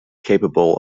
capable